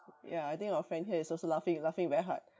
ya I think our friend here is also laughing laughing very hard